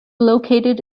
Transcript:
located